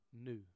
new